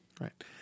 Right